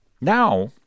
Now